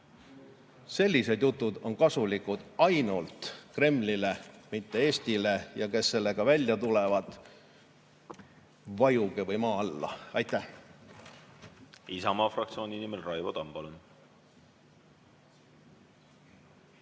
Sellised jutud on kasulikud ainult Kremlile, mitte Eestile, ja kes sellega välja tulevad, vajuge või maa alla!